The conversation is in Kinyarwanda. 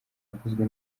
zakozwe